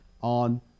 on